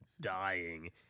dying